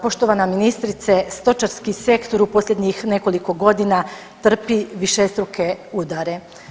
Poštovana ministrice, stočarski sektor u posljednjih nekoliko godina trpi višestruke udare.